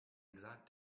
exact